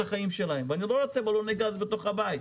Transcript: החיים שלהם ואני לא רוצה בלוני גז בתוך הבית.